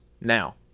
Now